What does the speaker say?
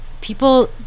people